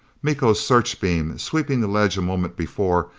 miko's searchbeam, sweeping the ledge a moment before,